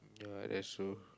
ya that's true